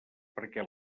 perquè